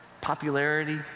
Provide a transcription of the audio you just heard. popularity